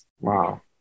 Wow